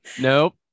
Nope